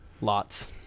lots